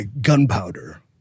Gunpowder